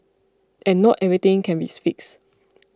and not everything can be fixed